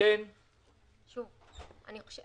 אם אנחנו מאפשרים